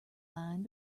line